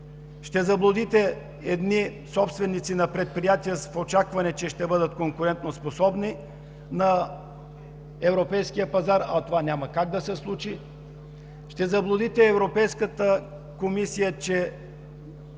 ще заблудите едни собственици на предприятия в очакване, че ще бъдат конкурентоспособни на европейския пазар, а това няма как да се случи, ще заблудите Европейската комисия, че